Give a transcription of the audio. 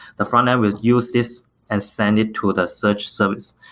the frontend will use this and send it to the search service.